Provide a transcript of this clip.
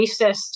racist